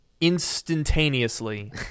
instantaneously